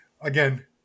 again